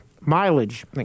mileage